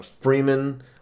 Freeman